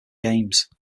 games